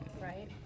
right